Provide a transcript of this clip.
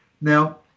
Now